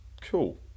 Cool